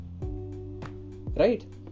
right